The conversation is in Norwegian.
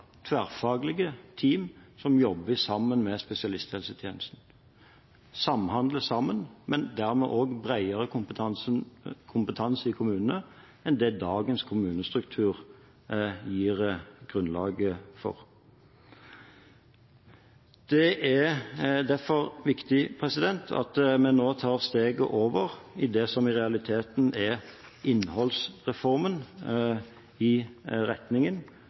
tverrfaglige team som jobber sammen med spesialisthelsetjenesten – samhandle sammen, men dermed også bredere kompetanse i kommunene enn det dagens kommunestruktur gir grunnlag for. Det er derfor viktig at vi nå tar steget over i det som i realiteten er innholdsreformen i retningen,